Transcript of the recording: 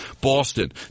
Boston